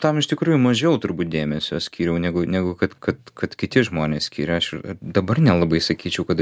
tam iš tikrųjų mažiau turbūt dėmesio skyriau negu negu kad kad kad kiti žmonės skiria aš dabar nelabai sakyčiau kad